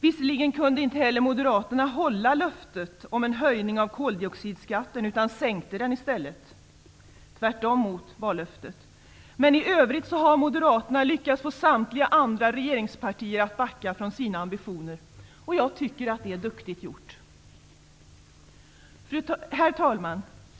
Visserligen kunde inte Moderaterna hålla löftet om en höjning av koldioxidskatten utan sänkte den i stället, tvärtom mot vallöftet. Men i övrigt har Moderaterna lyckats få samtliga andra regeringspartier att backa från sina ambitioner, och jag tycker att det är duktigt gjort. Herr talman!